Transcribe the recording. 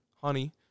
honey